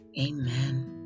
Amen